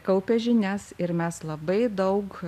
kaupė žinias ir mes labai daug